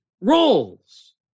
roles